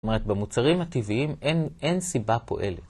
זאת אומרת, במוצרים הטבעיים אין סיבה פועלת.